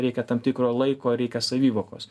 reikia tam tikro laiko reikia savivokos